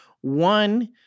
One